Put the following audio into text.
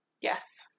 Yes